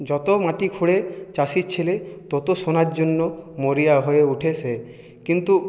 যতো মাটি খোঁড়ে চাষির ছেলে তত সোনার জন্য মরিয়া হয়ে উঠে সে কিন্তু